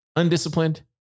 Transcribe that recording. Undisciplined